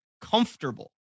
comfortable